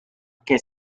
que